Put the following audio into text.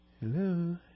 Hello